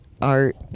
art